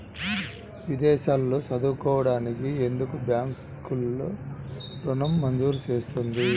విదేశాల్లో చదువుకోవడానికి ఎందుకు బ్యాంక్లలో ఋణం మంజూరు చేస్తుంది?